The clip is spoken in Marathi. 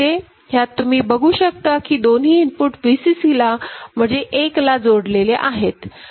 ह्यात तुम्ही बघू शकता की दोन्ही इनपुट Vccला म्हणजे एक ला जोडलेले आहेत